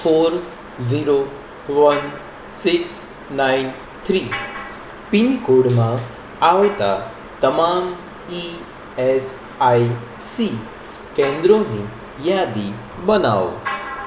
four zero one six nine three પિનકોડમાં આવતા તમામ ઇએસઆઇસી કેન્દ્રોની યાદી બનાવો